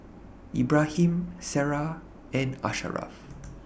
Ibrahim Sarah and Asharaff